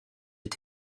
est